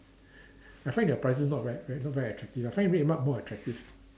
I find their prices not very not very attractive I find RedMart more attractive